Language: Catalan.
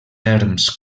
erms